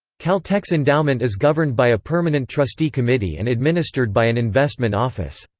caltech's endowment is governed by a permanent trustee committee and administered by an investment office.